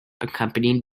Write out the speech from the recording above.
accompanied